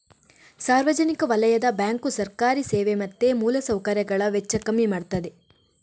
ಸಾರ್ವಜನಿಕ ವಲಯದ ಬ್ಯಾಂಕು ಸರ್ಕಾರಿ ಸೇವೆ ಮತ್ತೆ ಮೂಲ ಸೌಕರ್ಯಗಳ ವೆಚ್ಚ ಕಮ್ಮಿ ಮಾಡ್ತದೆ